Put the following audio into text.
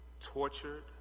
tortured